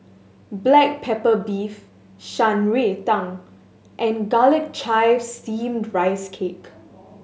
black pepper beef Shan Rui Tang and Garlic Chives Steamed Rice Cake